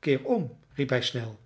keer om riep hij snel